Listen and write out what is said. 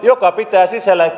joka pitää sisällään